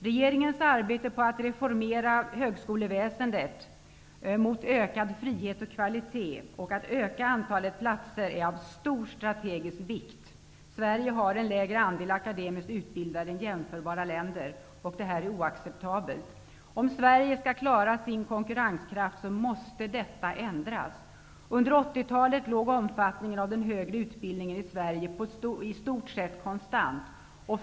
Regeringens arbete på att reformera högskoleväsendet mot ökad frihet och kvalitet och att öka antalet platser är av stor strategisk vikt. Sverige har en lägre andel akademiskt utbildade än jämförbara länder. Detta är oacceptabelt. Om Sverige skall klara sin konkurrenskraft måste detta ändras. Under 80-talet låg omfattningen av den högre utbildningen i Sverige i stort sett konstant.